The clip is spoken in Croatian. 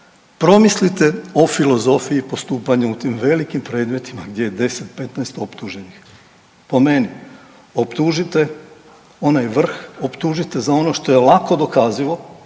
promislite o filozofiji postupanja u tim velikim predmetima gdje je 10 – 15 optuženih. Po meni optužite onaj vrh, optužite za ono što je lako dokazivo,